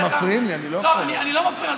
הם מפריעים לי, אני לא יכול.